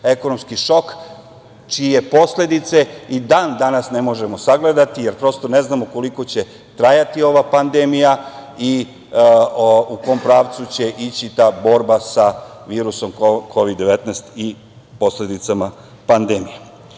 ekonomski šok, čije posledice i dan danas ne možemo sagledati, jer prosto ne znamo koliko će trajati ova pandemija i u kom pravcu će ići ta borba sa virusom Kovid-19 i posledicama pandemije. Zato